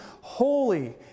holy